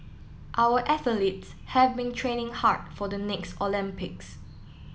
our athletes have been training hard for the next Olympics